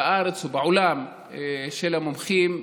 בארץ ובעולם של המומחים,